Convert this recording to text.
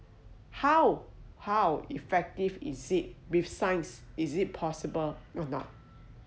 how how effective is it with science is it possible or not